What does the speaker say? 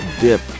dip